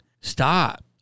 Stop